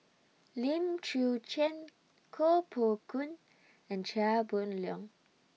Lim Chwee Chian Koh Poh Koon and Chia Boon Leong